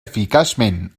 eficaçment